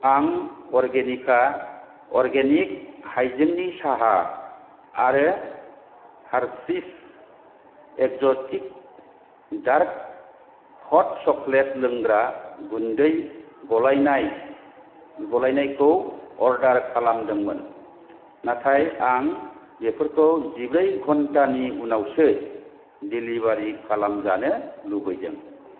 आं अर्गेनिका अर्गेनिक हायजेंनि साहा आरो हारशिस एक्ज'टिक डार्क हट चक्लेट लोंग्रा गुन्दै गलायनाय गलायनायखौ अर्डार खालामदोंमोन नाथाय आं बेफोरखौ जिब्रै घन्टानि उनावसो दिलिबारि खालामजानो लुबैदों